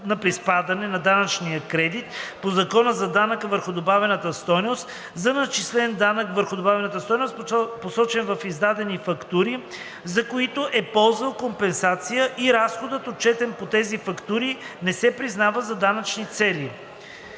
на приспадане на данъчен кредит по Закона за данъка върху добавената стойност за начислен данък върху добавената стойност, посочен в издадени фактури, за които е ползвал компенсация, и разходът, отчетен по тези фактури, не се признава за данъчни цели.